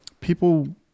people